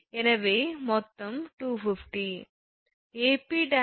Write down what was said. எனவே மொத்தம் 250